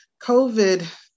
COVID